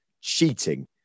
cheating